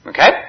Okay